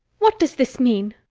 what does this mean?